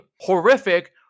horrific